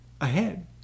ahead